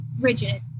rigid